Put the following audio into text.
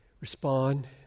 respond